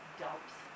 dumps